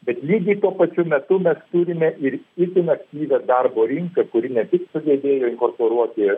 bet lygiai tuo pačiu metu mes turime ir itin aktyvią darbo rinką kuri ne tik sugebėjo inkorporuoti